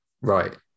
Right